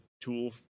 tool